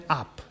up